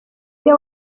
nde